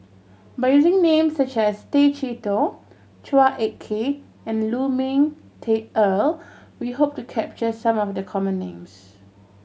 by using names such as Tay Chee Toh Chua Ek Kay and Lu Ming Teh Earl we hope to capture some of the common names